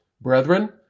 Brethren